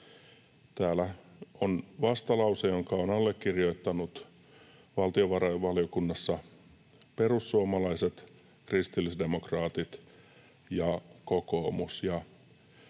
Täällä on vastalause, jonka ovat allekirjoittaneet valtiovarainvaliokunnassa perussuomalaiset, kristillisdemokraatit ja kokoomus.